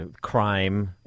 crime